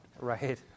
Right